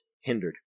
hindered